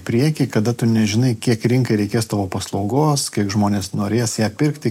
priekį kada tu nežinai kiek rinkai reikės tavo paslaugos kiek žmonės norės ją pirkti